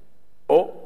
או אחריה,